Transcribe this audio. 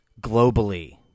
globally